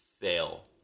fail